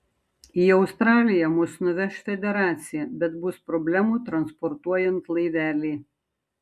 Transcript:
į australiją mus nuveš federacija bet bus problemų transportuojant laivelį